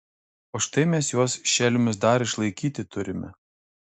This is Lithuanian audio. o štai mes juos šelmius dar išlaikyti turime